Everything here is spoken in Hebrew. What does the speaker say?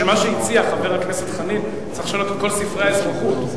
בשביל מה שהציע חבר הכנסת חנין צריך לשנות את כל ספרי האזרחות,